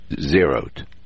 zeroed